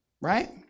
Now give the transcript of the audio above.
right